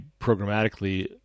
programmatically